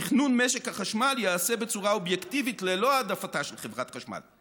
"תכנון משק החשמל ייעשה בצורה אובייקטיבית וללא העדפתה של חברת החשמל.